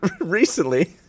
Recently